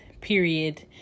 period